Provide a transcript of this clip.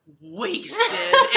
wasted